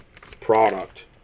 product